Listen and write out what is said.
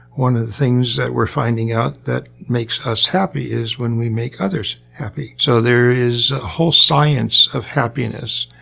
one of the things that we're finding out that makes us happy is when we make others happy. so, there is a whole science of happiness.